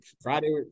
Friday